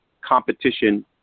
competition